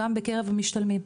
גם בקרב משתלמים,